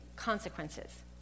consequences